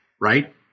right